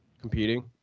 Competing